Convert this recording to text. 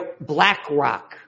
BlackRock